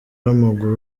w’amaguru